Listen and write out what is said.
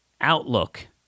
outlook